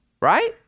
Right